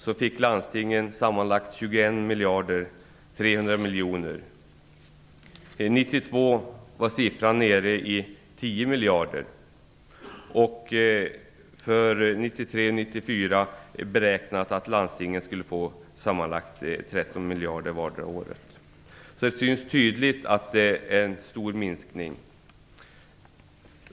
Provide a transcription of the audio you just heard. Då fick landstingen sammanlagt 21 300 miljoner kronor. År 1992 var beloppet nere i 10 miljarder kronor, och för åren 1993 och 1994 är det beräknat att landstingen sammanlagt skulle få 13 miljarder kronor per år. Det syns tydligt att det är en stor minskning som det handlar om.